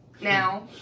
Now